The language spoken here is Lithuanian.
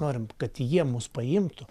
norim kad jie mus paimtų